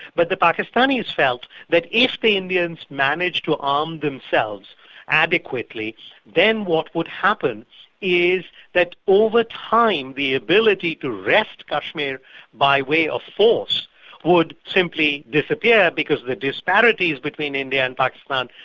but the pakistanis felt that if the indians managed to arm themselves adequately then what would happen is that over time, the ability to wrest kashmir by way of force would simply disappear because the disparities between india and pakistan,